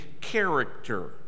character